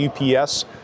UPS